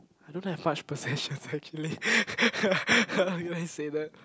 I don't have much possessions actually you can say that